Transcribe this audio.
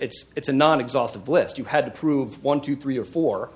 it's it's a non exhaustive list you had to prove one two three or four